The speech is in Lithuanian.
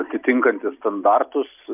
atitinkantis standartus